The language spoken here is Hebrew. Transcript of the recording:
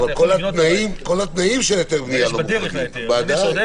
על פניו נראה שזה אישור